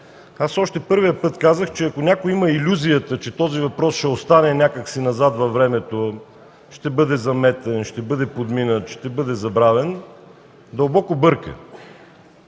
още първия път казах, че ако някой има илюзията, че този въпрос ще остане някак си назад във времето, ще бъде заместен, подминат, забравен – дълбоко бърка.